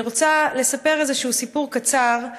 אני רוצה לספר איזשהו סיפור קצר,